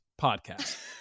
podcast